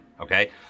okay